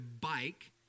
bike